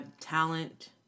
talent